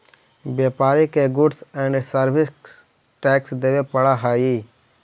व्यापारि के goods and service tax देवे पड़ऽ हई